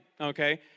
okay